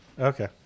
Okay